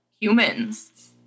humans